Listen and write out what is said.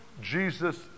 Jesus